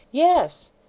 yes!